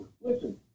Listen